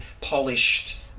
polished